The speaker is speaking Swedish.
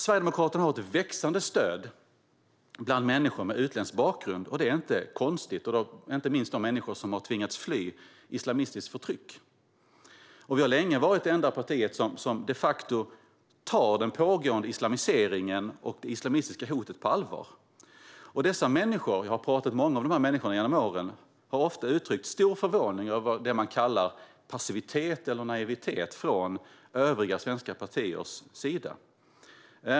Sverigedemokraterna har ett växande stöd bland människor med utländsk bakgrund. Det är inte konstigt. Det gäller inte minst de människor som har tvingats fly från islamistiskt förtryck. Vi har länge varit det enda parti som de facto tar den pågående islamiseringen och det islamistiska hotet på allvar. Jag har talat med många av de här människorna genom åren, och de har ofta uttryckt stor förvåning över det man kallar för passivitet eller naivitet från övriga svenska partiers sida.